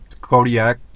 Kodiak